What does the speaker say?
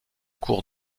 cours